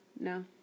No